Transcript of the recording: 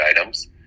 items